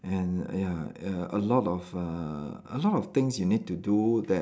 and ya ya a lot of uh a lot of things you need to do that